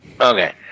Okay